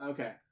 Okay